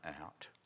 out